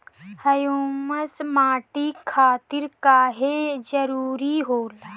Humus माटी खातिर काहे जरूरी होला?